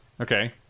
okay